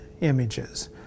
images